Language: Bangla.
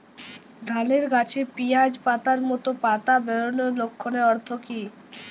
ধানের গাছে পিয়াজ পাতার মতো পাতা বেরোনোর লক্ষণের অর্থ কী?